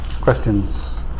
questions